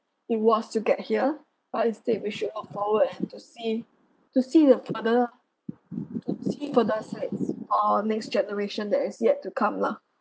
it was to get here but instead we should look forward and to see to see the further to see further sides on next generation that is yet to come lah